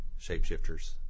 shapeshifters